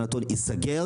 אישור